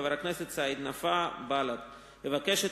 חבר הכנסת סעיד נפאע,